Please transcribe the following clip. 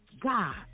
God